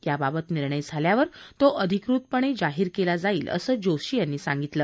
याबाबत निर्णय झाल्यावर तो अधिकृतपणे जाहीर केला जाईल असं जोशी यांनी सांगितलं